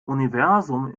universum